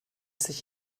sich